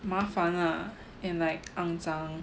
麻烦 lah and like 肮脏